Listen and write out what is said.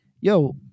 yo